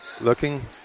looking